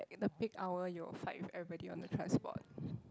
the peak hour you will fight with everybody on the transport